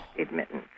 admittance